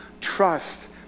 Trust